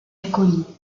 acolytes